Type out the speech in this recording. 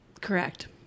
Correct